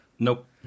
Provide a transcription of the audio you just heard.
Nope